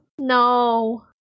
No